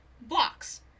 blocks